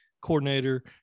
coordinator